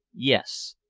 yes.